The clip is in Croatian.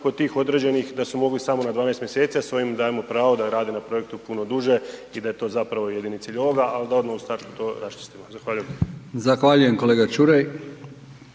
kod tih određenih da su mogli samo na 12 mjeseci, a s ovim im dajemo pravo da rade na projektu puno duže i da je to zapravo jedini cilj ovoga, ali da odmah u startu to raščistimo. Zahvaljujem.